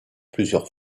plusieurs